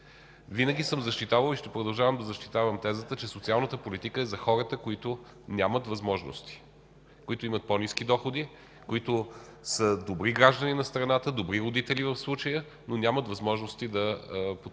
Винаги съм защитавал и ще продължавам да защитавам тезата, че социалната политика е за хората, които нямат възможности, които имат по-ниски доходи, които са добри граждани на страната, добри родители в случая, но нямат възможности пълноценно